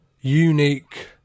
unique